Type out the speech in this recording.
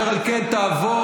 אשר על כן היא תעבור,